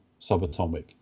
subatomic